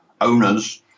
owners